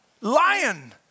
lion